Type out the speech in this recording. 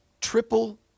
triple